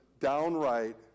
downright